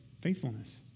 Faithfulness